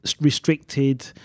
restricted